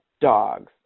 dogs